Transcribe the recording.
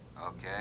Okay